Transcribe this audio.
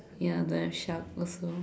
ya don't have shark also